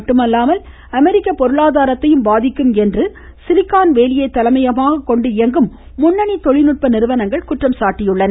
மட்டுமல்லாமல் அமெரிக்க இத்தடை பொருளாதாரத்தையும் பாதிக்கும் என்று சிலிக்கான் வேலியை தலைமையகமாக கொண்டு இயங்கும் முன்னணி தொழில்நுட்ப நிறுவனங்கள் குற்றம் சாட்டியுள்ளன